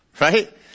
Right